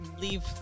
leave